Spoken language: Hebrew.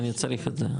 אני צריך את זה,